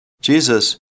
Jesus